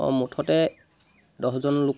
অঁ মুঠতে দহজন লোক